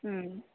ಹ್ಞೂ